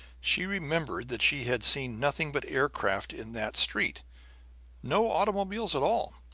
she remembered that she had seen nothing but aircraft in that street no automobiles at all.